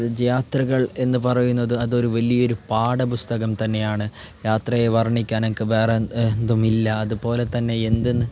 യാത്രകൾ എന്നു പറയുന്നത് അതൊരു വലിയൊരു പാഠപുസ്തകം തന്നെയാണ് യാത്രയെ വർണിക്കാനൊക്കെ വേറെ എന്തും ഇല്ല അതു പോലെ തന്നെ എന്തെന്ന്